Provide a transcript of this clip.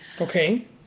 Okay